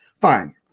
Fine